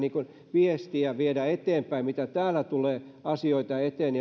viestiä viedä eteenpäin siitä mitä kehitettäviä asioita täällä tulee eteen